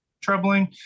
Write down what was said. troubling